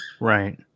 Right